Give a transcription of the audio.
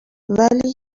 ولی